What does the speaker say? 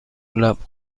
لبخند